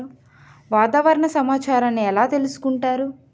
వాతావరణ సమాచారాన్ని ఎలా తెలుసుకుంటారు?